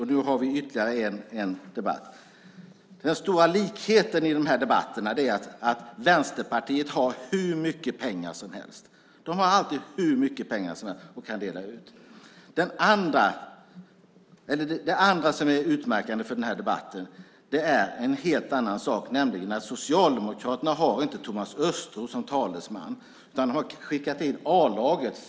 Nu har vi ytterligare en debatt. Den stora likheten i de här debatterna är att Vänsterpartiet har hur mycket pengar som helst. De har alltid hur mycket pengar som helst att dela ut. Det som är utmärkande för den här debatten är en helt annan sak, nämligen att Socialdemokraterna inte har Thomas Östros som talesman. De har skickat in A-laget.